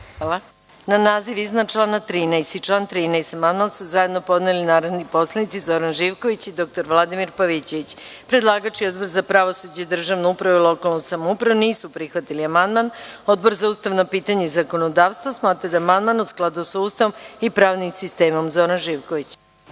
naziv iznad člana 13. i član 13. amandman su zajedno podneli narodni poslanici Zoran Živković i dr Vladimir Pavićević. Predlagač i Odbor za pravosuđe državnu upravu i lokalnu samoupravu nisu prihvatili amandman. Odbor za ustavno pitanje i zakonodavstvo smatra da amandman u skladu sa Ustavom i pravnim sistemom. Reč ima